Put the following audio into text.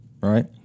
right